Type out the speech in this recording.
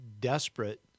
desperate